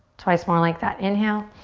twice more like that. inhale.